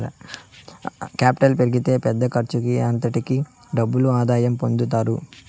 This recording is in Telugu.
కేపిటల్ పెరిగితే పెద్ద ఖర్చుకి అంతటికీ డబుల్ ఆదాయం పొందుతారు